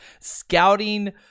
scouting